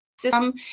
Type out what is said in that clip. system